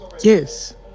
Yes